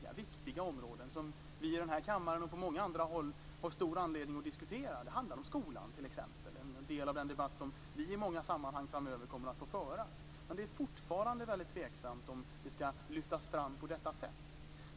Det är viktiga områden som vi i den här kammaren och på många andra håll har stor anledning att diskutera. Det handlar t.ex. om skolan, en del av den debatt som vi i många sammanhang framöver kommer att få föra. Men det är fortfarande väldigt tveksamt om det ska lyftas fram på detta sätt.